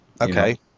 okay